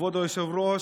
כבוד היושב-ראש,